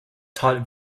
taught